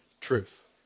truth